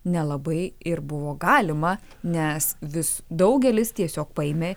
nelabai ir buvo galima nes vis daugelis tiesiog paėmė